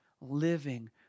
living